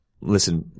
Listen